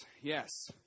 Yes